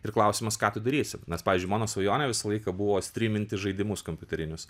ir klausimas ką tu darysi nes pavyzdžiui mano svajonė visą laiką buvo stryminti žaidimus kompiuterinius